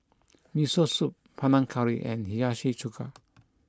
Miso Soup Panang Curry and Hiyashi Chuka